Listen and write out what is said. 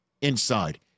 inside